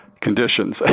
conditions